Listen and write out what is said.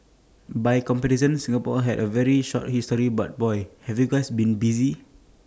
by comparison Singapore has had A very short history but boy have you guys been busy